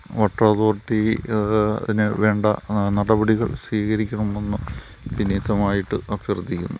water authority അതിന് വേണ്ട നടപടികൾ സ്വീകരിക്കണമെന്ന് വിനീതമായിട്ട് അഭ്യർത്ഥിക്കുന്നു